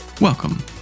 welcome